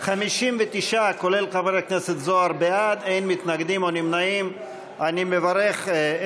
לבחור את חברי הכנסת ישראל אייכלר ומאיר כהן